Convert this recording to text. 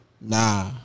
Nah